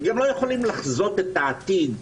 גם לא יכולים לחזות את העתיד,